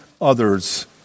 others